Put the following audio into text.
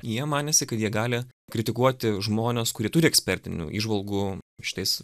jie manėsi kad jie gali kritikuoti žmones kurie turi ekspertinių įžvalgų šitais